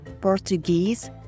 Portuguese